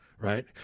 Right